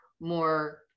more